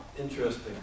interesting